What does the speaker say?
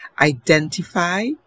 Identify